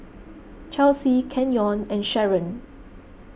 Chelsy Kenyon and Sharon